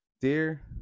Dear